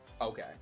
Okay